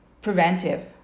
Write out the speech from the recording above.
preventive